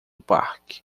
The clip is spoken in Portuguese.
parque